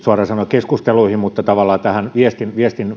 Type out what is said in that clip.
näistä ei mutta tavallaan tästä viestin